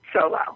solo